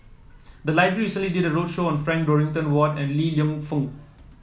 the library recently did a roadshow on Frank Dorrington Ward and Li Lienfung